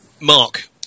Mark